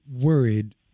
worried